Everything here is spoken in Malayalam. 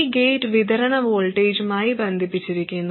ഈ ഗേറ്റ് വിതരണ വോൾട്ടേജുമായി ബന്ധിപ്പിച്ചിരിക്കുന്നു